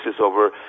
over